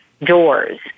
doors